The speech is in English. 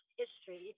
history